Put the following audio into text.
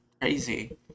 crazy